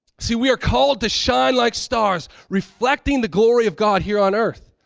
see, we are called to shine like stars reflecting the glory of god here on earth.